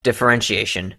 differentiation